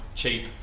Cheap